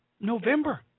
November